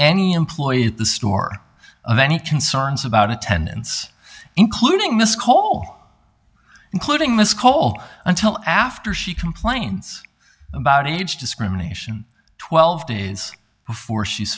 any employee at the store of any concerns about attendance including miss cole including this call until after she complains about age discrimination twelve days before she's